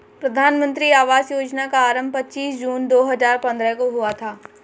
प्रधानमन्त्री आवास योजना का आरम्भ पच्चीस जून दो हजार पन्द्रह को हुआ था